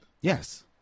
Yes